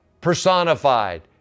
personified